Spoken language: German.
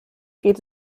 geht